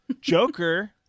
Joker